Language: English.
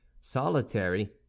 solitary